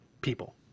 people